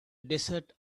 desert